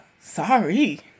sorry